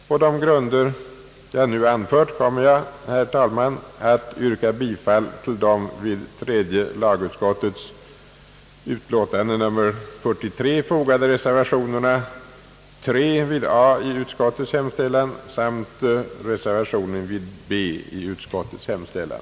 På de grunder jag nu anfört kommer jag, herr talman, att yrka bifall till den vid tredje lagutskottets utlåtande fogade reservationen III vid A i utskottets hemställan samt reservationen vid B i utskottets hemställan.